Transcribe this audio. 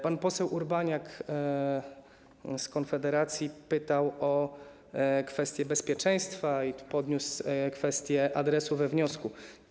Pan poseł Urbaniak z Konfederacji pytał o kwestię bezpieczeństwa i podniósł kwestię adresu we wniosku.